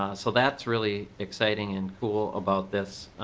ah so that's really exciting and cool about this.